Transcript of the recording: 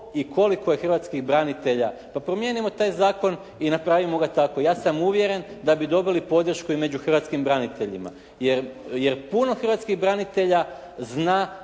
i koliko je hrvatskih branitelja, pa promijenimo taj zakon i napravimo ga tako. Ja sam uvjeren da bi dobili podršku i među hrvatskim braniteljima jer puno hrvatskih branitelja zna